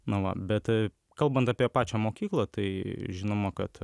nu va bet kalbant apie pačią mokyklą tai žinoma kad